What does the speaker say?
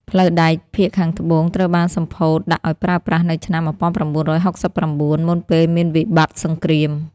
ផ្លូវដែកភាគត្បូងត្រូវបានសម្ពោធដាក់ឱ្យប្រើប្រាស់នៅឆ្នាំ ១៩៦៩ មុនពេលមានវិបត្តិសង្គ្រាម។